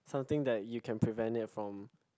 something that you can prevent it from